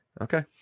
Okay